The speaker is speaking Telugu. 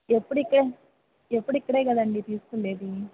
ఎప్పుడుఇక్కె ఎప్పుడు ఇక్కడే కదండీ తీసుకునేది